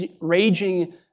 raging